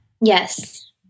Yes